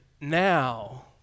Now